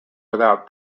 without